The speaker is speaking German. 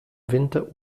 winter